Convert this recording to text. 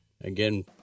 again